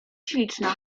śliczna